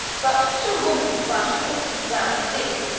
but two women of machecoul, now deceased,